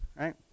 right